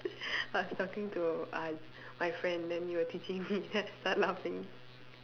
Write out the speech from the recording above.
I was talking to uh my friend then you were teaching me then I start laughing